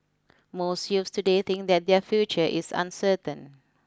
most youths today think that their future is uncertain